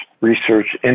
Research